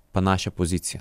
panašią poziciją